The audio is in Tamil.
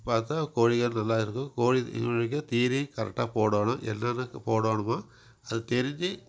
பார்த்தா கோழிகள் நல்லா இருக்கும் கோழி இருக்க தீனி கரெக்ட்டாக போடணும் என்னென்ன போடணுமோ அது தெரிஞ்சு